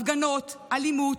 הפגנות, אלימות,